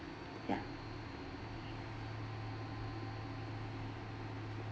ya